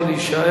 יכול להישאר.